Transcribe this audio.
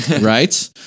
right